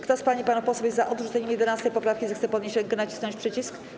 Kto z pań i panów posłów jest za odrzuceniem 11. poprawki, zechce podnieść rękę i nacisnąć przycisk.